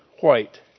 White